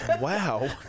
Wow